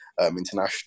international